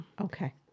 okay